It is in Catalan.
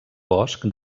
bosc